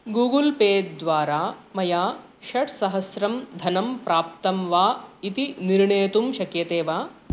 Google Pay द्वारा मया षट्सहस्रं धनं प्राप्तं वा इति निर्णेतुं शक्यते वा